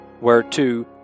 whereto